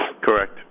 Correct